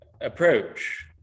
approach